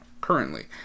currently